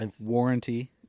warranty